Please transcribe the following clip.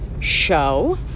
show